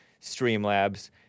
Streamlabs